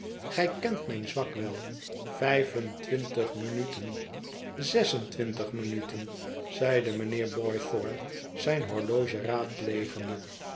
gij kent mijn zwak wel vijf en twintig minuten zes en twintig minuten i zeide mijnheer boythorn zijn horloge raadplegende